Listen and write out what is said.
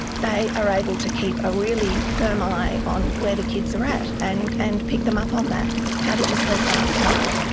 they are able to keep a really firm eye on where the kids are at and and pick them up on that how did you sleep last night,